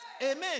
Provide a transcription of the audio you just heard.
Amen